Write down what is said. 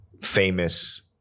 famous